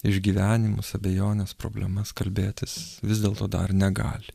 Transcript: išgyvenimus abejones problemas kalbėtis vis dėlto dar negali